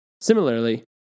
Similarly